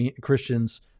Christians